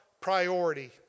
priority